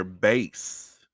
base